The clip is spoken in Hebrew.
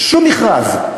שום מכרז.